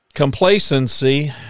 Complacency